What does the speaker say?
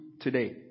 today